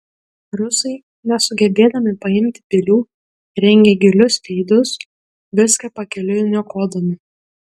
rusai nesugebėdami paimti pilių rengė gilius reidus viską pakeliui niokodami